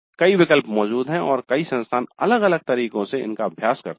कई विकल्प मौजूद हैं और कई संस्थान अलग अलग तरीकों से इनका अभ्यास करते हैं